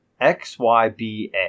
XYBA